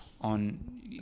on